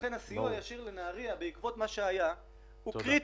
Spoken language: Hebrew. ולכן הסיוע הישיר לנהריה בעקבות מה שהיה הוא קריטי.